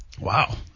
Wow